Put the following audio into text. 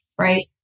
right